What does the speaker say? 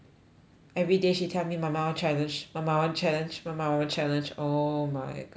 everyday she tell me mama I want challenge mama I want challenge mama I want challenge oh my god